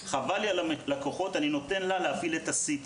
וחבל לו על הלקוחות אז הוא נותן למזכירה להפעיל את ה-CT.